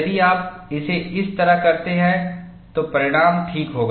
यदि आप इसे इस तरह करते हैं तो परिणाम ठीक होगा